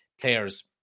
Players